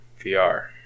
VR